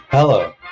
Hello